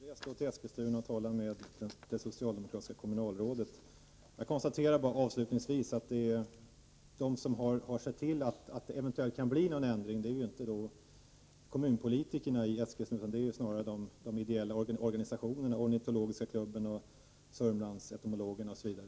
Herr talman! Det är utmärkt — res då till Eskilstuna och tala med det socialdemokratiska kommunalrådet! Jag konstaterar avslutningsvis att de som har sett till att det eventuellt kan bli en ändring inte är kommunpolitikerna i Eskilstuna utan snarare de ideella organisationerna: Ornitologiska klubben, Sörmlandsentomologerna osv.